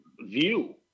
view